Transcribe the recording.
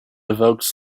evokes